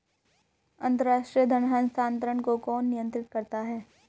अंतर्राष्ट्रीय धन हस्तांतरण को कौन नियंत्रित करता है?